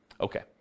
okay